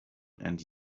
and